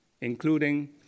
including